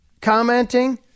commenting